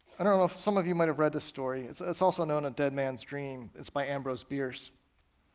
i don't know if some of you might have read this story, it's it's also known as a dead man's dream, it's by ambrose bierce.